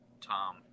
Tom